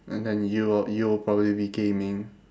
and then you w~ you will probably be gaming